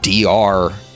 DR